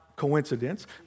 coincidence